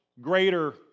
greater